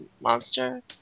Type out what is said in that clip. monster